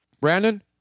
Brandon